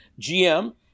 GM